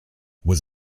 was